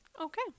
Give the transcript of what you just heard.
Okay